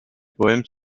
poèmes